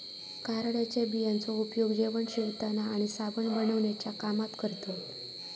कारळ्याच्या बियांचो उपयोग जेवण शिवताना आणि साबण बनवण्याच्या कामात करतत